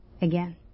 again